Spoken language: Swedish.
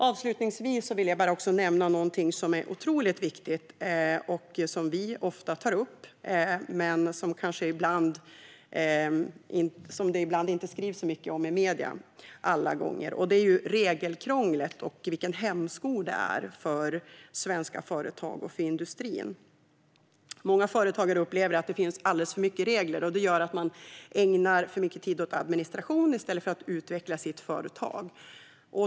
Avslutningsvis vill jag nämna något som är otroligt viktigt och som vi ofta tar upp, men som det inte alltid skrivs så mycket om i medierna, och det är regelkrånglet och vilken hämsko det är för svenska företag och för industrin. Många företagare upplever att det finns alldeles för mycket regler, och det gör att man ägnar för mycket tid åt administration i stället för att utveckla sitt företag.